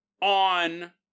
on